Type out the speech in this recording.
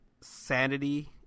sanity